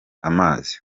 amazi